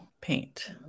paint